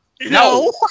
No